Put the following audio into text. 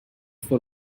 for